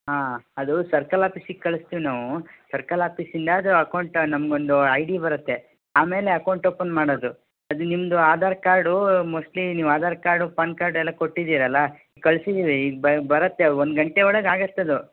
ಹಾಂ ಅದು ಸರ್ಕಲ್ ಆಫೀಸಿಗೆ ಕಳಿಸ್ತೀವಿ ನಾವು ಸರ್ಕಲ್ ಆಫೀಸಿಂದ ಅದು ಅಕೌಂಟ್ ನಮಗೊಂದು ಐ ಡಿ ಬರುತ್ತೆ ಆಮೇಲೆ ಅಕೌಂಟ್ ಓಪನ್ ಮಾಡೋದು ಅದು ನಿಮ್ಮದು ಆಧಾರ್ ಕಾರ್ಡು ಮೋಸ್ಟ್ಲಿ ನೀವು ಆಧಾರ್ ಕಾರ್ಡು ಪಾನ್ ಕಾರ್ಡ್ ಎಲ್ಲ ಕೊಟ್ಟಿದ್ದೀರಲ್ಲಾ ಕಳಿಸಿದ್ದೀವಿ ಬರತ್ತೆ ಒಂದ್ ಗಂಟೆ ಒಳಗಾಗತ್ತದು